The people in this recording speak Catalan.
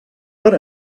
per